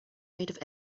made